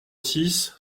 six